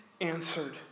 answered